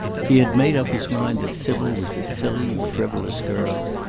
he had made up his mind that sybil was a silly, frivolous girl,